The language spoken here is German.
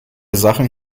sachen